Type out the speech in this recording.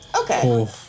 Okay